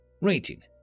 Rating